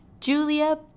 Julia